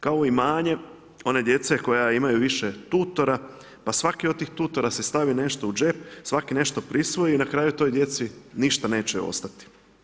Kao imanje, one djece koje imaju više tutora, pa svaki od tih tutora se stavi nešto u džep, svaki nešto prisvoji i na kraju toj djeci ništa neće ostati.